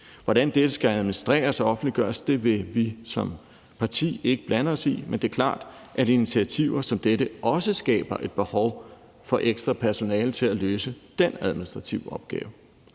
Hvordan dette skal administreres og offentliggøres, vil vi som parti ikke blande os i, men det er klart, at initiativer som dette også skaber et behov for ekstra personale til at løse den administrative opgave.